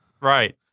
Right